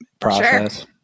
process